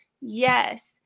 yes